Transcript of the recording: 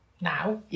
now